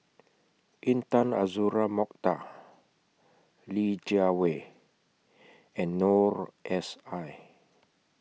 Intan Azura Mokhtar Li Jiawei and Noor S I